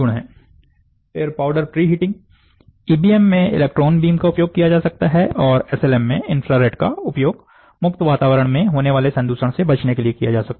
फिर powder pre heating EBM में electron beam का उपयोग किया जा सकता है और एसएलएम में इन्फ्रारेड का उपयोग मुक्त वातावरण से होने वाले संदूषण से बचने के लिए किया जा सकता है